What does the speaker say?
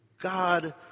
God